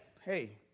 hey